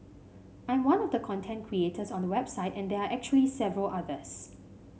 I am one of the content creators on the website and there are actually several others